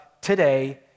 today